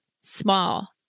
small